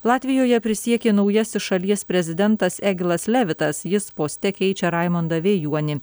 latvijoje prisiekė naujasis šalies prezidentas egilas levitas jis poste keičia raimondą vėjuonį